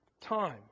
time